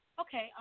Okay